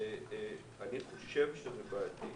אני חושב שזה בעייתי.